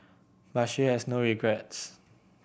but she has no regrets